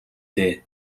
дээ